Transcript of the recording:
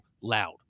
loud